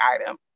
item